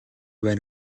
байна